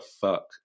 fuck